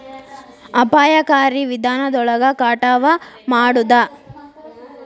ಅಪಾಯಕಾರಿ ವಿಧಾನದೊಳಗ ಕಟಾವ ಮಾಡುದ